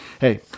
Hey